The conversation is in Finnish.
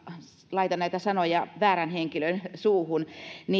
laita näitä sanoja väärän henkilön suuhun